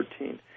13